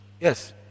Yes